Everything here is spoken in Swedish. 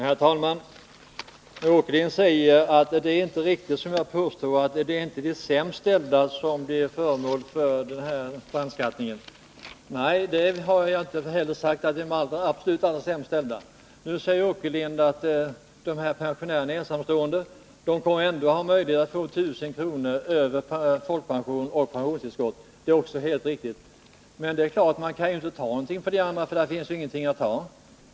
Herr talman! Herr Åkerlind säger att det inte är riktigt som jag påstår att det är de sämst ställda som blir föremål för den här brandskattningen. Nej, jag har inte heller sagt att det är de absolut sämst ställda det gäller. Nu säger herr Åkerlind att de här ensamstående pensionärerna ändå kommer att ha möjlighet att ha en inkomst på 1 000 kr. utöver folkpension och pensionstillskott utan att det påverkar bostadstillägget. Det är helt riktigt. Men man kan ju inte ta någonting från de andra, för där finns ju ingenting att ta.